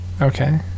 Okay